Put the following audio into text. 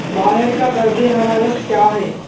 باہر کا درجہ حرارت کیا ہے